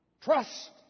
Trust